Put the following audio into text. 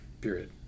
period